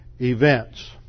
events